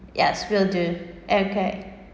yes will do okay